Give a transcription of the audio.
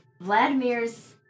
Vladimir's